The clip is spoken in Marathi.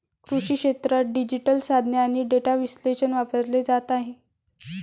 कृषी क्षेत्रात डिजिटल साधने आणि डेटा विश्लेषण वापरले जात आहे